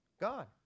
God